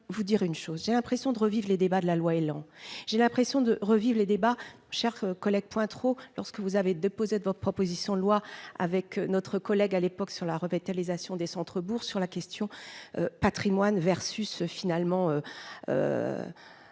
vous dire une chose : j'ai l'impression de revivre les débats de la loi élan j'ai l'impression de revivre les débats chers collègues Pointereau lorsque vous avez déposé votre proposition de loi avec notre collègue à l'époque sur la revitalisation des centre-bourgs sur la question Patrimoine versus finalement